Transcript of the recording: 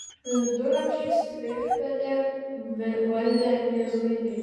viduramžiais vilkpėdę valdė jėzuitai